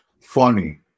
funny